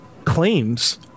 Claims